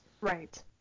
Right